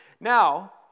Now